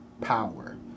power